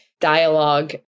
dialogue